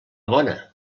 bona